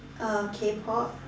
uh K-Pop